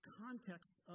context